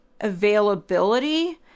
availability